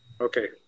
okay